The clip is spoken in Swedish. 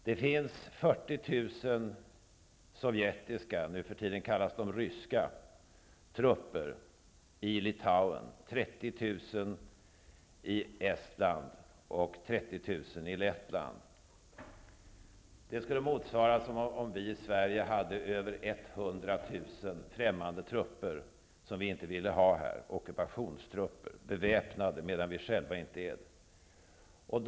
Det finns 40 000 sovjetiska -- nu för tiden kallas de ryska -- soldater i Litauen, 30 000 i Estland och 30 000 i Lettland. Det skulle motsvaras av att vi i Sverige hade över 100 000 främmande soldater som vi inte ville ha här -- beväpnade ockupationstrupper, medan vi själva inte skulle vara beväpnade.